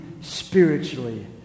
spiritually